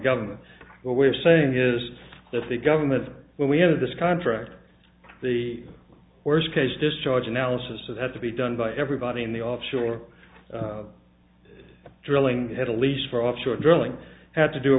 government what we're saying is that the government when we had a disk on track to the worst case discharge analysis it had to be done by everybody in the offshore drilling had a lease for offshore drilling had to do